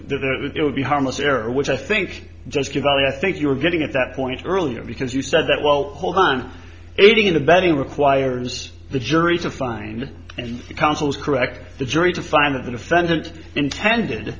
there would be harmless error which i think just give i think you are getting at that point earlier because you said that well hold on aiding and abetting requires the jury to find counsel's correct the jury to find that the defendant intended